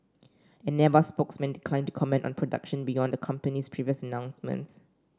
an Airbus spokesman declined to comment on production beyond the company's previous announcements